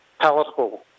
palatable